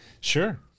Sure